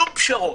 שום פשרות.